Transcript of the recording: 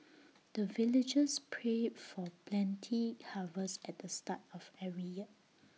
the villagers pray for plenty harvest at the start of every year